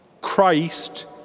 Christ